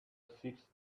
sixth